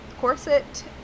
corset